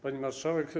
Pani Marszałek!